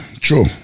True